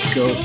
go